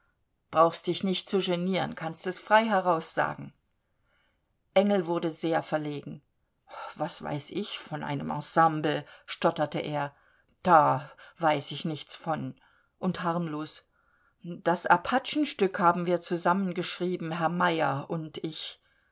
brauchst dich nicht zu genieren kannst es frei heraussagen engel wurde sehr verlegen was weiß ich von einem ensemble stotterte er da weiß ich nichts von und harmlos das apachenstück haben wir zusammen geschrieben herr meyer und ich